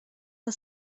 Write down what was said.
are